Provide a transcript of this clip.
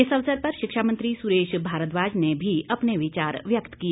इस अवसर पर शिक्षा मंत्री सुरेश भारद्वाज ने भी अपने विचार व्यक्त किए